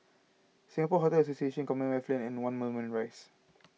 Singapore Hotel Association Commonwealth Lane and one Moulmein Rise